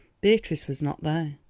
beatrice was not there.